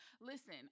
listen